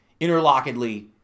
interlockedly